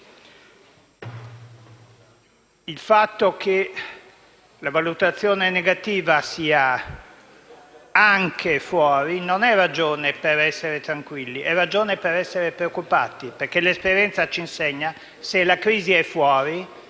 Il fatto che la valutazione negativa sia anche fuori non è ragione per essere tranquilli, bensì lo è per essere preoccupati perché l'esperienza ci insegna che se la crisi è fuori